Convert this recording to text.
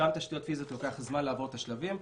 שם לתשתיות פיזיות לוקח זמן לעבור את השלבים,